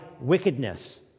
wickedness